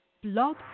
Blog